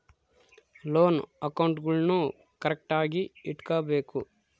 loan ಅಕೌಂಟ್ಗುಳ್ನೂ ಕರೆಕ್ಟ್ಆಗಿ ಇಟಗಬೇಕು